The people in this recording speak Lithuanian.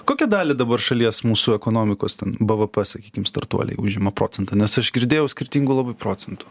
kokią dalį dabar šalies mūsų ekonomikos ten bvp sakykim startuoliai užima procentą nes aš girdėjau skirtingų labai procentų